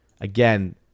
Again